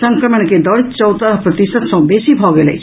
संक्रमण के दर चौदह प्रतिशत सँ बेसी भऽ गेल अछि